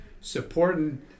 supporting